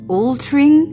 altering